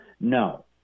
No